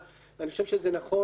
ואני חושב שנכון לראות,